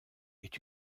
est